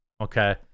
Okay